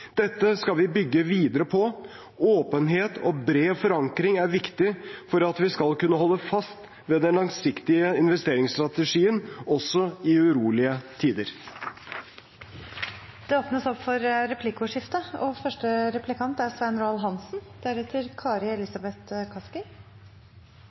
Dette skal vi bygge videre på. Åpenhet og bred forankring er viktig for at vi skal kunne holde fast ved den langsiktige investeringsstrategien, også i urolige tider. Det blir replikkordskifte. Finansministeren fant i meldingen grunnlag for